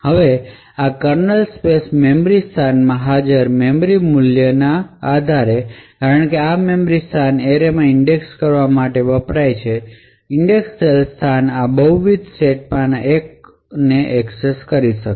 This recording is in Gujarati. હવે આ કર્નલ સ્પેસ મેમરી સ્થાનમાં હાજર મેમરી મૂલ્યના આધારે કારણ કે આ મેમરી સ્થાન એરેમાં ઇંડેક્સ કરવા માટે વપરાય છે ઇંડેક્સ થયેલ સ્થાન આ બહુવિધ સેટમાંના એકને એક્સેસ કરી શકે છે